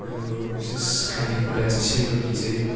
हाम्रो विशेष खाने कुरा चाहिँ सेलरोटी चाहिँ